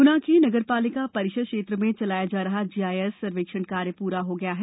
ग्ना के नगरपालिका परिषद क्षेत्र में चलाया जा रहा जीआईएस सर्वेक्षण कार्य पूर्ण हो गया है